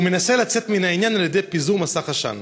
הוא מנסה לצאת מן העניין על-ידי פיזור מסך עשן: